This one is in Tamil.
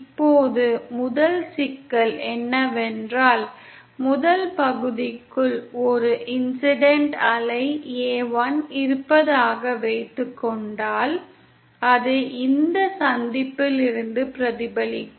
இப்போது முதல் சிக்கல் என்னவென்றால் முதல் பகுதிக்குள் ஒரு இன்சிடண்ட் அலை a1 இருப்பதாக வைத்துக்கொண்டால் அது இந்த சந்திப்பிலிருந்து பிரதிபலிக்கும்